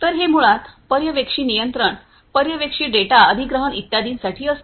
तर हे मुळात पर्यवेक्षी नियंत्रण पर्यवेक्षी डेटा अधिग्रहण इत्यादींसाठी असते